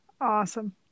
awesome